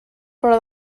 però